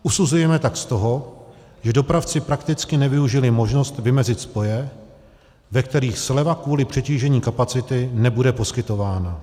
Usuzujeme tak z toho, že dopravci prakticky nevyužili možnost vymezit spoje, ve kterých sleva kvůli přetížení kapacity nebude poskytována.